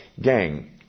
Gang